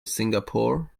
singapore